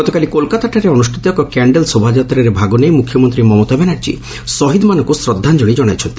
ଗତକାଲି କୋଲ୍କାତାରେ ଅନୁଷ୍ଠିତ ଏକ କ୍ୟାଶ୍ଡେଲ୍ ଶୋଭାଯାତ୍ରାରେ ଭାଗନେଇ ମୁଖ୍ୟମନ୍ତ୍ରୀ ମମତା ବାନାର୍ଜୀ ଶହୀଦ୍ମାନଙ୍କୁ ଶ୍ରଦ୍ଧାଞ୍ଚଳି କଣାଇଛନ୍ତି